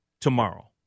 tomorrow